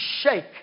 shake